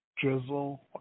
drizzle